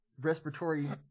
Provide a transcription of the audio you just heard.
respiratory